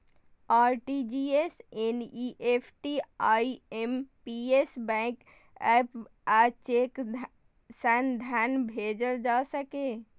RTGS, NEFT, IMPS, bank app आ cheque सं धन भेजल जा सकैए